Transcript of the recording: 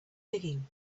digging